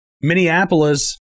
Minneapolis